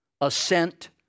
assent